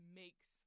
makes